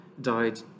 died